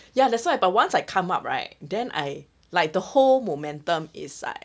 ya that's why but once I come up right then I like the whole momentum is like